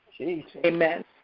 Amen